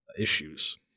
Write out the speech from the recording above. issues